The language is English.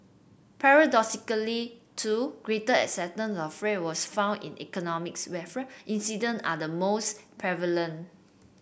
paradoxically too greater acceptance of fraud was found in economies where fraud incident are the most prevalent